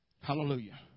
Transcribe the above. Hallelujah